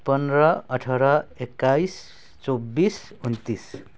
पन्ध्र अठाह्र एक्काइस चौबिस उन्तिस